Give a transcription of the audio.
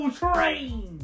train